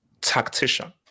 tactician